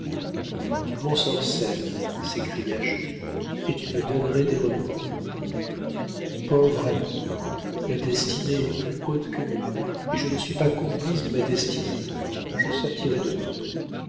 tu m'ensorcelles s'écria jules et tu me donnerais des remords pauvre ami la destinée est plus haute que nous et je ne suis pas complice de ma destinée je sortirai demain